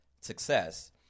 success